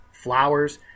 Flowers